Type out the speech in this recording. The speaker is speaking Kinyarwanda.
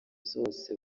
zose